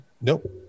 Nope